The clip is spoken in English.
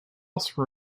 also